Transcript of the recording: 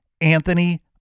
Anthony